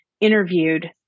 interviewed